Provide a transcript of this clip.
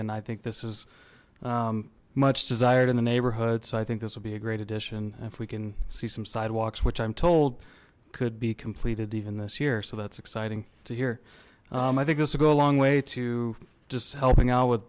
and i think this is much desired in the neighborhood so i think this will be a great addition if we can see some sidewalks which i'm told could be completed even this year so that's exciting to hear i think this will go a long way to just helping out with